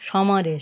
Samaresh